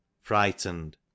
frightened